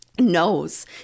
knows